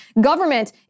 Government